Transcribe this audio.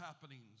happenings